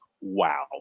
wow